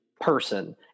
person